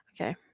Okay